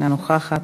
אינה נוכחת,